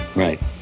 Right